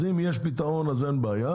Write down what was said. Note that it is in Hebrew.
אז אם יש להם פתרון אז אין בעיה,